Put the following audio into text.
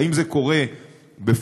האם זה קורה בפועל?